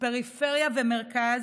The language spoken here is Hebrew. פריפריה ומרכז,